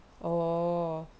oh